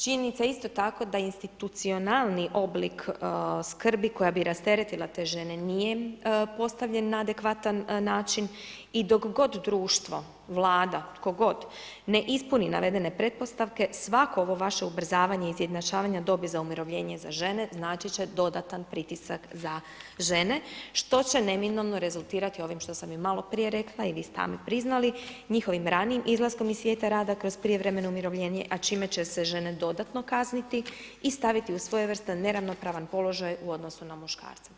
Činjenica je isto tako da institucionalni oblik skrbi koja bi rasteretila te žene nije im postavljen na adekvatan način i dok god društvo, Vlada, tko god ne ispuni navedene pretpostavke svako ovo vaše ubrzavanje izjednačavanja dobi za umirovljenje za žene, značiti će dodatan pritisak za žene što će neminovno rezultirati ovim što sam i maloprije rekla i vi sami priznali, njihovim ranijim izlaskom iz svijeta rada kroz prijevremeno umirovljenje a čime će se žene dodatno staviti i staviti u svojevrstan neravnopravan položaj u odnosu na muškarce.